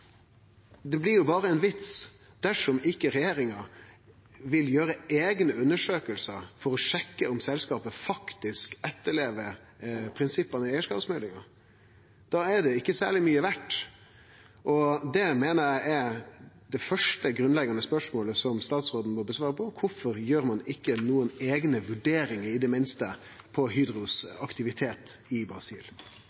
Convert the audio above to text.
Det blir berre ein vits dersom ikkje regjeringa vil gjere eigne undersøkingar for å sjekke om selskap faktisk etterlever prinsippa i eigarskapsmeldinga. Då er dei ikkje særleg mykje verdt. Det meiner eg er det første grunnleggjande spørsmålet som statsråden må svare på: Kvifor gjer ein ikkje i det minste eigne vurderingar av Hydros